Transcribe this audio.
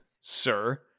sir